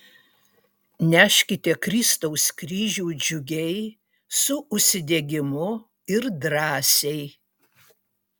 neškite kristaus kryžių džiugiai su užsidegimu ir drąsiai